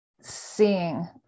seeing